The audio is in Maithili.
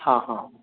हँ हँ